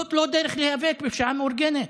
זאת לא דרך להיאבק בפשיעה מאורגנת.